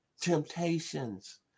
Temptations